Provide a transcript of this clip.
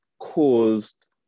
caused